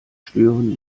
stören